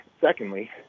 secondly